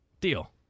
Deal